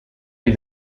gli